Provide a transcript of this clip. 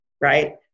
right